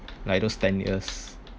like those ten years